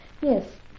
Yes